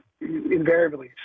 invariably